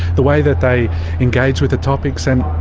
the way that they engage with the topics, and,